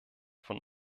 von